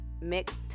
mixed